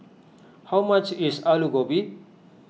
how much is Alu Gobi